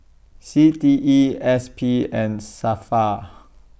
C T E S P and SAFRA